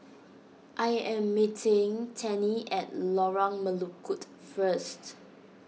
I am meeting Tennie at Lorong Melukut first